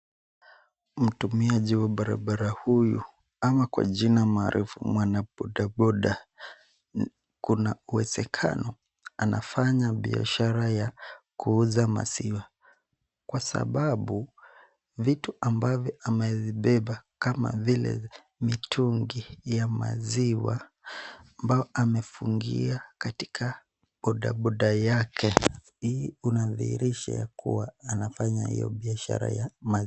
Mtumiaji wa barabara huyu, ama kwa jina maarufu mwana bodaboda. Kuna uwezekano, anafanya biashara ya kuuza maziwa kwa sababu, vitu ambavyo amevibeba kama vile mitungi ya maziwa, ambao amefungia katika boda boda yake. Hii unadhihirisha kuwa anafanya hio biashara ya maziwa.